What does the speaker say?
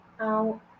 out